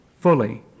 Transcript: fully